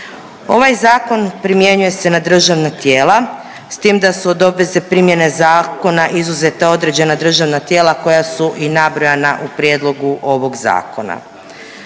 Ovaj Zakon primjenjuje se na državna tijela, s tim da su od obveze primjene zakona izuzeta određena državna tijela koja su i nabrojana u prijedlogu ovog Zakona.